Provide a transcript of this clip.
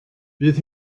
bydd